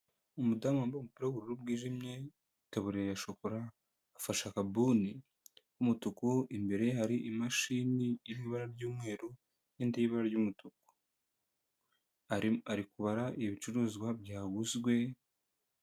Umudamu wambaye umupira w'ubururu bwijimye, itaburiya ya shokora, afasha akabuni k'umutuku, imbere ye hari imashini y'ibara ry'umweru n'indi y'ibara ry'umutuku. Ari kubara ibicuruzwa byaguzwe